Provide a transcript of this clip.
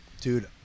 Dude